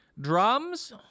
drums